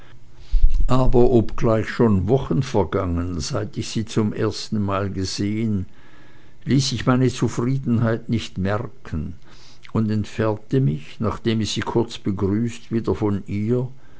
aber obgleich schon wochen vergangen seit ich sie zum ersten male gesehen ließ ich meine zufriedenheit nicht merken und entfernte mich nachdem ich sie kurz begrüßt wieder von ihr